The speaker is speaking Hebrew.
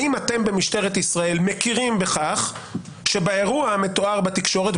האם אתם במשטרת ישראל מכירים בכך שבאירוע המתואר בתקשורת,